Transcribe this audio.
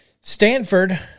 Stanford